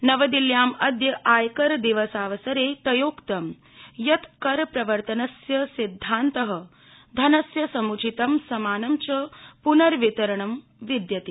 नवदिल्याम् अद्य आयकर दिवसावसरे तयोक्त यत् कर प्रवर्तनस्य सिद्धांत धनस्य सम्चितं समान च प्नर्वितरणं विद्यते